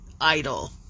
idol